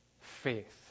faith